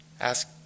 ask